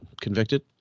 convicted